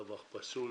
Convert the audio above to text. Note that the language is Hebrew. דבר פסול,